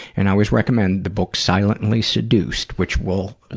and i always recommend the book silently seduced, which will